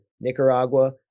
Nicaragua